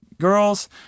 girls